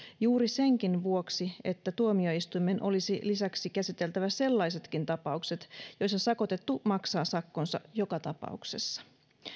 juuri senkin vuoksi että tuomioistuimen olisi lisäksi käsiteltävä sellaisetkin tapaukset joissa sakotettu maksaa sakkonsa joka tapauksessa